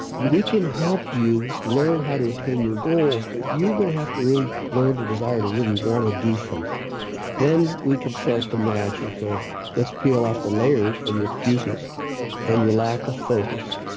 we can help you learn how to attain your goals, but you're going to have to really learn to desire to really want to do something then we can start the magic of let's peel off the layers of your excuses and your lack of focus.